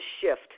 shift